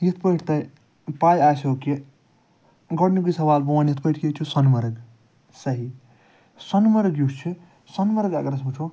یِتھ پٲٹھۍ تۄہہِ پاے آسوٕ کہِ گۄڈٕنیٛکٕے سوال بہٕ وَنہٕ یِتھ پٲٹھۍ کہِ ییٚتہِ چھُ سۄنہٕ مرگ صحیٖح سۄنہٕ مرگ یُس چھُ سۄنہٕ مرگ اَگر أسۍ وُچھُو